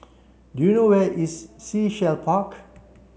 do you know where is Sea Shell Park